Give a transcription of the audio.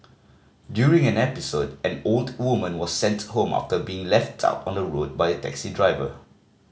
during an episode an old woman was sent home after being left out on the road by a taxi driver